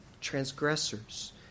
transgressors